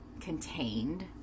contained